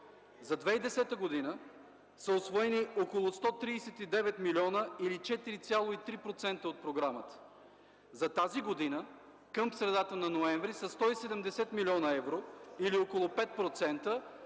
За 2010 г. са усвоени около 139 милиона или 4,3% от програмата. За тази година – към средата на ноември, са 170 милиона евро или около 5%